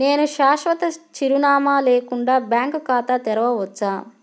నేను శాశ్వత చిరునామా లేకుండా బ్యాంక్ ఖాతా తెరవచ్చా?